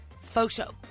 photo